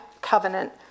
Covenant